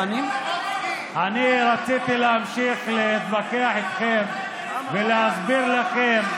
רציתי להמשיך להתווכח איתכם ולהסביר לכם,